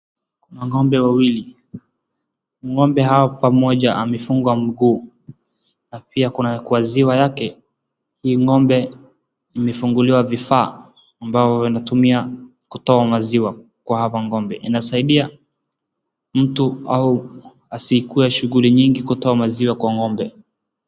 Kuna ng'ombe wawili. Ng'ombe hawa pamoja amefugwa mguu na pia kuna kwa ziwa yake ni ng'ombe imefunguliwa vifaa ambao vinatumia kutoa maziwa kwa hawa ng'ombe. Inasaidia mtu au asikuwe na shughuli nyingi kutoa maziwa kwa ng'ombe.